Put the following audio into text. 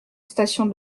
station